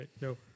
no